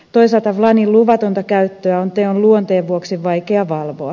toisaalta wlanin luvatonta käyttöä on teon luonteen vuoksi vaikea valvoa